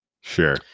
sure